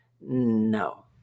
No